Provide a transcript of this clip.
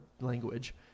language